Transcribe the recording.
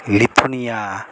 Lithuania